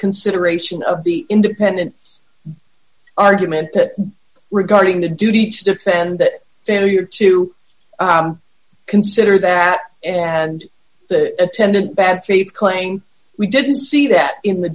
consideration of the independent argument regarding the duty to defend that failure to consider that and the attendant bad faith claim we didn't see that in the